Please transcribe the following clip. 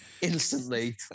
Instantly